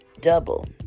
double